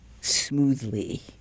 smoothly